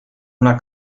una